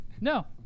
No